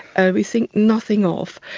ah we think nothing of.